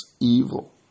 evil